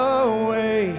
away